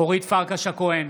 אורית פרקש הכהן,